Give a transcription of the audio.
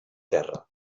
terra